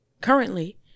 currently